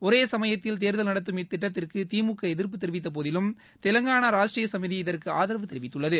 ஒரேசமயத்தில் தேர்தல் நடத்தும் இத்திட்டத்திற்கு திமுக எதிய்பு தெரிவித்த போதிலும் தெலங்கானா ராஷ்ட்ரிய சமிதி இதற்கு ஆதரவு தெரிவித்துள்ளது